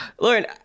lauren